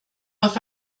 auf